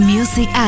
Music